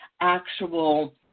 actual